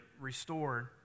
restored